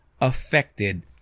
affected